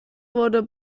wurde